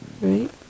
right